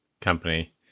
company